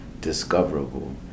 discoverable